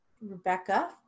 Rebecca